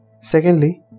Secondly